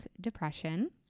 depression